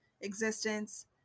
existence